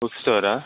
book ಸ್ಟೋರಾ